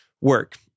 work